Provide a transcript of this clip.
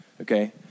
okay